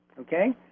Okay